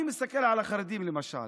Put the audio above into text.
אני מסתכל על החרדים, למשל,